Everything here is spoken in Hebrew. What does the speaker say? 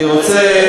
אני רוצה,